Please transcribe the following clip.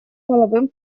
половым